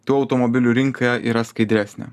tuo automobilių rinka yra skaidresnė